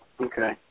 Okay